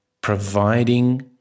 providing